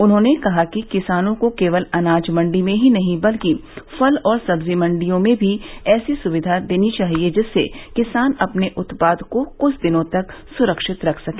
उन्होंने कहा कि किसानों को केवल अनाज मंडी में ही नहीं बल्कि फल और सब्जी मंडियों में भी ऐसी सुविधा देनी चाहिये जिससे किसान अपने उत्पाद को कुछ दिनों तक सुरक्षित रख सके